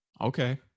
Okay